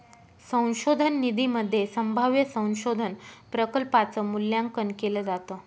संशोधन निधीमध्ये संभाव्य संशोधन प्रकल्पांच मूल्यांकन केलं जातं